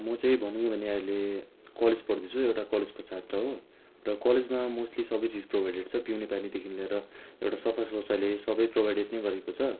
म चाहिँ भनौँ नै भने अहिले कलेज पढ्दैछु एउटा कलेजको छात्र हो र कलेजमा मोस्टली सबै चिज प्रोभाइडेट छ पिउने पानीदेखि लिएर एउटा सफा शौचालय सबै प्रोभाइडेट नै गरेको छ